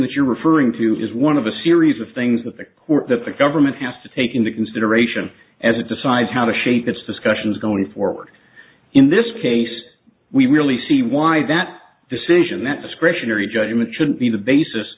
that you're referring to is one of a series of things that the court that the government has to take into consideration as it decides how to shape its discussions going forward in this case we really see why that decision that discretionary judgment should be the basis